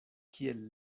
kiel